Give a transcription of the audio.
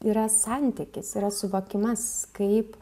yra santykis yra suvokimas kaip